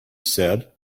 said